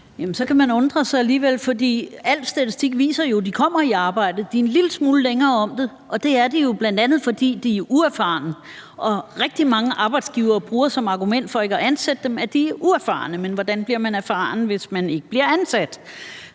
så kan man alligevel undre sig, for al statistik viser jo, at de kommer i arbejde. De er en lille smule længere om det, og er det jo, bl.a. fordi de er uerfarne. Og rigtig mange arbejdsgivere bruger som argument for ikke at ansætte dem, at de er uerfarne, men hvordan bliver man erfaren, hvis man ikke bliver ansat?